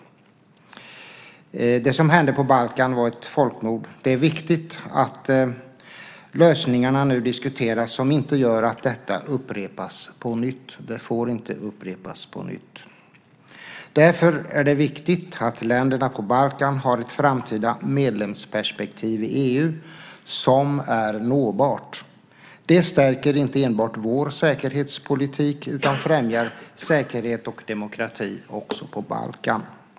Det som hände på Balkan var ett folkmord. Det är viktigt att lösningar nu diskuteras som gör att detta inte upprepas på nytt. Det får inte upprepas. Därför är det viktigt att länderna på Balkan har ett framtida medlemsperspektiv i EU som är nåbart. Det stärker inte enbart vår säkerhetspolitik utan främjar säkerhet och demokrati också på Balkan.